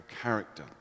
character